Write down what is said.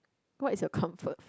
what's your comfort